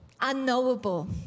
unknowable